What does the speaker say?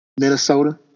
Minnesota